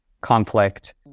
conflict